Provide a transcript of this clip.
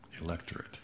electorate